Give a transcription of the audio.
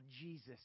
Jesus